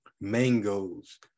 mangoes